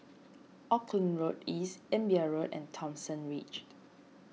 Auckland Road East Imbiah Road and Thomson Ridge